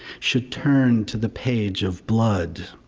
should turn to the page of blood.